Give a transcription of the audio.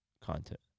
content